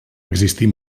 existir